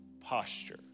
posture